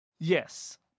Yes